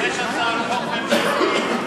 יש הצעת חוק ממשלתית,